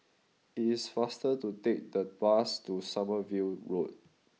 it is faster to take the bus to Sommerville Road